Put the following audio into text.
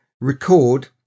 record